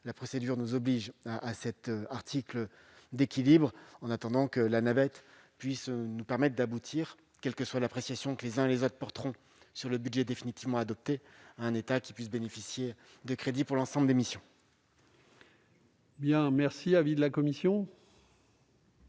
la procédure nous oblige à délibérer sur cet article d'équilibre, en attendant que la navette nous permette d'aboutir, quelle que soit l'appréciation que chacun portera sur le budget définitivement adopté, à un État qui puisse bénéficier des crédits pour l'ensemble des missions. Quel est l'avis de la commission